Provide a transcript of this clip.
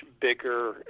bigger